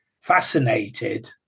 fascinated